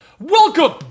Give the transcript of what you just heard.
Welcome